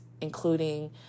including